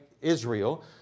Israel